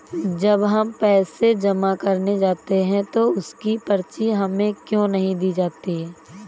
जब हम पैसे जमा करने जाते हैं तो उसकी पर्ची हमें क्यो नहीं दी जाती है?